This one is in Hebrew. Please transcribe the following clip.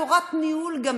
יש גם תורת ניהול מסוימת,